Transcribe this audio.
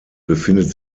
befindet